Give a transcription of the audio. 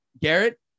Garrett